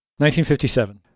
1957